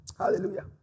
Hallelujah